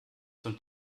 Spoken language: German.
zum